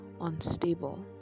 unstable